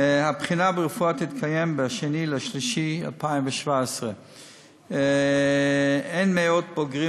הבחינה ברפואה תתקיים ב-2 במרס 2017. אין מאות בוגרים